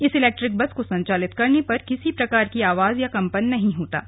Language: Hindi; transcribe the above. इस इलैक्ट्रिक बस को संचालित करने पर किसी प्रकार की आवाज और कंपन नहीं होता है